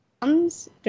comes